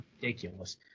Ridiculous